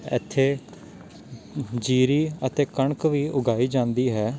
ਇੱਥੇ ਜੀਰੀ ਅਤੇ ਕਣਕ ਵੀ ਉਗਾਈ ਜਾਂਦੀ ਹੈ